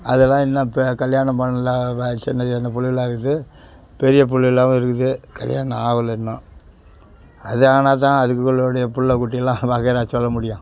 அதெல்லாம் இன்னும் கல்யாணம் பண்ணல சின்ன சின்ன புள்ளைகளா இருக்குது பெரிய பிள்ளைவோளாவும் இருக்குது கல்யாணம் ஆகல இன்னும் அது ஆனால் தான் அதுங்களுடைய பிள்ள குட்டிலாம் வகையறா சொல்ல முடியும்